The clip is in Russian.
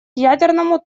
ядерному